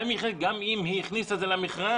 גם אם היא הכניסה את זה למכרז.